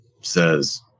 says